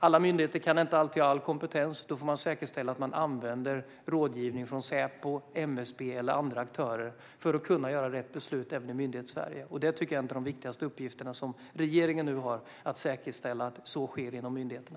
Alla myndigheter kan inte alltid ha all kompetens - då får man säkerställa att man använder rådgivning från Säpo, MSB eller andra aktörer för att kunna fatta rätt beslut i Myndighetssverige. Att säkerställa att så sker inom myndigheterna tycker jag är en av regeringens viktigaste uppgifter nu.